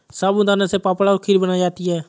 साबूदाना से पापड़ और खीर बनाई जाती है